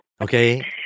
Okay